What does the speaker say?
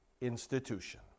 institution